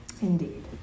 Indeed